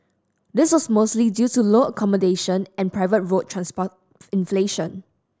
this was mostly due to lower accommodation and private road transport inflation